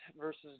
versus